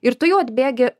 ir tu jau atbėgi